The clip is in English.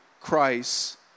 Christ